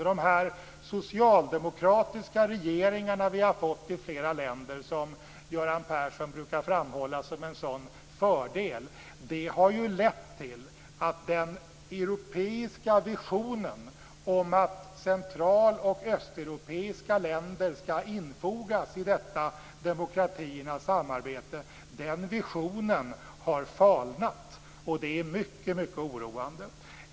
Situationen med de här socialdemokratiska regeringarna som vi har fått i flera länder, som Göran Persson brukar framhålla som en sådan fördel, har ju lett till att den europeiska visionen om att central och östeuropeiska länder skall infogas i detta demokratiernas samarbete har falnat. Det är mycket oroande.